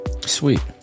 Sweet